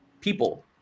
people